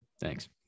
Thanks